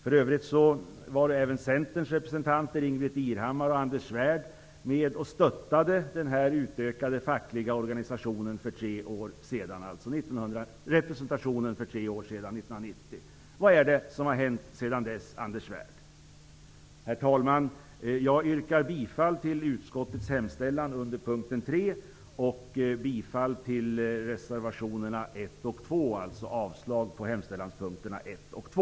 För övrigt var även Centerns representanter Ingbritt Irhammar och Anders Svärd med och stöttade den utökade fackliga representationen för tre år sedan, dvs. år 1990. Vad har hänt sedan dess, Anders Svärd? Herr talman! Jag yrkar bifall till utskottets hemställan under punkten 3 och bifall till reservationerna 1 och 2, dvs. avslag på hemställanspunkterna 1 och 2.